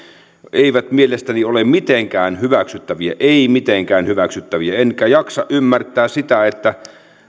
eivät mielestäni ole mitenkään hyväksyttäviä eivät mitenkään hyväksyttäviä enkä jaksa ymmärtää sitä että